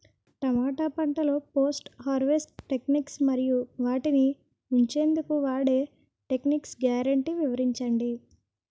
టమాటా పంటలో post harvest techniques మరియు వాటిని ఉంచెందుకు వాడే టెక్నిక్స్ గ్యారంటీ వివరించండి?